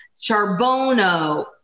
charbono